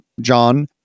John